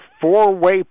four-way